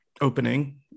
opening